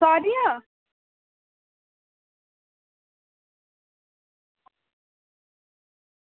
सारियां